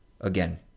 again